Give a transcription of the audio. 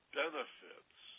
benefits